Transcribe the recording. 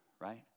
right